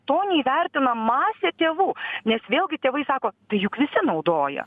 to neįvertina masė tėvų nes vėlgi tėvai sako tai juk visi naudoja